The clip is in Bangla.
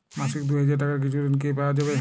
মাসিক দুই হাজার টাকার কিছু ঋণ কি পাওয়া যাবে?